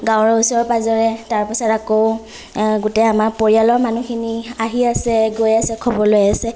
গাঁৱৰ ওচৰে পাজৰে তাৰ পিছত আকৌ গোটেই আমাৰ পৰিয়ালৰ মানুহখিনি আহি আছে গৈ আছে খবৰ লৈ আছে